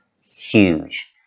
huge